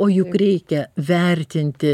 o juk reikia vertinti